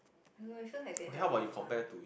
I don't know leh it feels like they had a lot more fun